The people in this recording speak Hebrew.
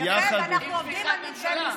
כן, ואנחנו עובדים עם הממשלה.